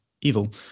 evil